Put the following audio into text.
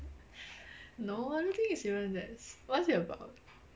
no I don't think it's even that s~ what is it about